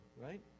right